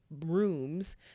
rooms